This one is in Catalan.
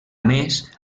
més